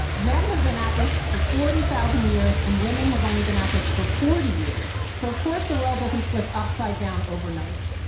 men have been at this for forty thousand years and women have only been at this for forty years, so of course the world doesn't flip upside-down overnight.